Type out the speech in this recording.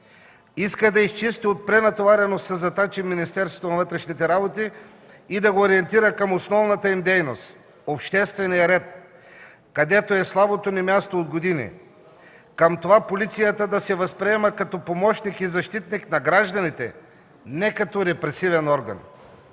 иска да изчисти от пренатовареност със задачи Министерството на вътрешните работи и да го ориентира към основната им дейност – обществения ред, където е слабото ни място от години, към това полицията да се възприема като помощник и защитник на гражданите, не като репресивен орган.